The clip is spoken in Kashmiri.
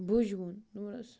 بُجہِ ووٚن دوٚپنس